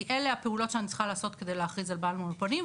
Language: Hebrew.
כי אלה הפעולות שאני צריכה לעשות כדי להכריז על בעל מונופולין.